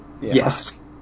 Yes